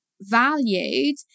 valued